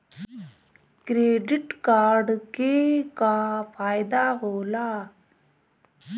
Credit card के का फायदा होला?